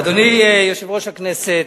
אדוני יושב-ראש הכנסת,